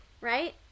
Right